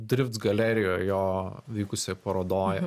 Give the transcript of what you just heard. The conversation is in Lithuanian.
drift galerijoj jo vykusioj parodoj